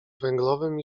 węglowym